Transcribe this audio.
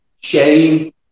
shame